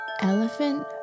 Elephant